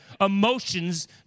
emotions